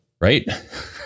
Right